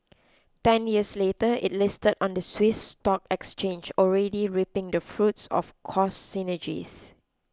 ten years later it listed on the Swiss stock exchange already reaping the fruits of cost synergies